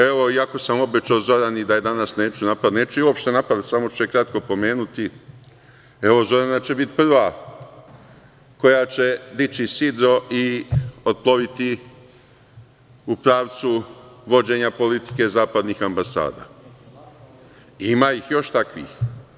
Evo, iako sam obećao Zorani da je danas neću napadati, neću je uopšte napadati samo ću je kratko pomenuti, evo, Zorana će biti prva koja će dići sidro i otploviti u pravcu vođenja politike zapadnih ambasada, a ima ih još takvih.